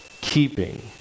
keeping